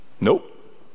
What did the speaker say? Nope